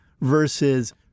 versus